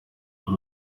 icyo